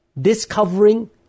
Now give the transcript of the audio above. discovering